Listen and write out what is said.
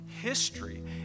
History